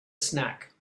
snack